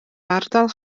ardal